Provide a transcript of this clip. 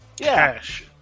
cash